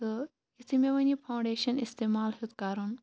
تہٕ یُتھُے مےٚ وۅنۍ یہِ فونٛڈیشَن اِستمال ہیٚوت کَرُن